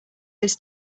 this